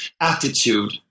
attitude